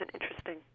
interesting